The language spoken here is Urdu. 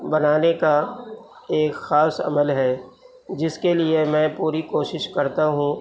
بنانے کا ایک خاص عمل ہے جس کے لیے میں پوری کوشش کرتا ہوں